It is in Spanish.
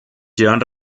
llevan